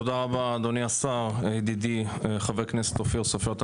תודה רבה אדוני השר, ידידי, חבר הכנסת אופיר סופר.